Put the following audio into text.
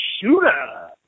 shooter